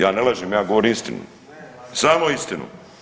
Ja ne lažem ja govorim istinu, samo istinu.